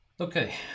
Okay